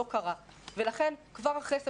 ולכן כבר אחרי ספטמבר,